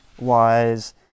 wise